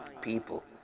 people